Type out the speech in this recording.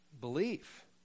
belief